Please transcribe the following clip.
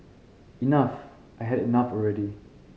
enough I had enough already